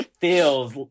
Feels